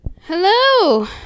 Hello